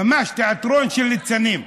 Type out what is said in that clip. ממש תיאטרון של ליצנים.